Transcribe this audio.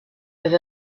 vers